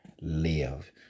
live